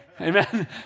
Amen